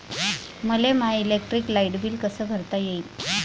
मले माय electric light bill कस भरता येईल?